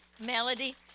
melody